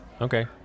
okay